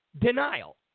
denial